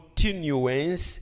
Continuance